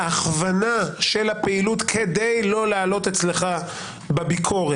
ההכוונה של הפעילות כדי לא להעלות אצלך בביקורת,